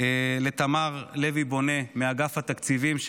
לתמר לוי-בונה מאגף התקציבים,